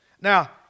Now